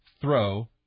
Throw